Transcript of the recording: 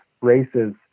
races